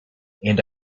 and